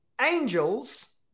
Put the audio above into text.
Angels